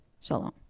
shalom